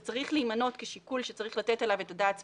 זה צריך להימנות כשיקול שצריך לתת עליו את הדעת ספציפית,